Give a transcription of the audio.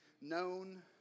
known